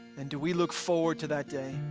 and do we look forward to that day.